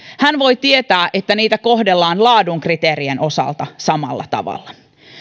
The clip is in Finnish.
hän voi tietää että niitä kohdellaan laadun kriteerien osalta samalla tavalla